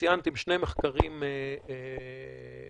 וציינתם שני מחקרים בין-לאומיים.